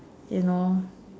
you know